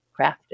crafted